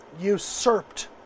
usurped